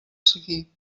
seguir